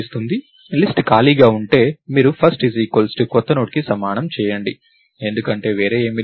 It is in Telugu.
లిస్ట్ ఖాళీగా ఉంటే మీరు ఫస్ట్ కొత్త నోడ్కి సమానం చేయండి ఎందుకంటే వేరే ఏమీ లేదు